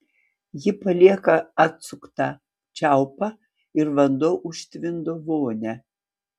ji palieka atsuktą čiaupą ir vanduo užtvindo vonią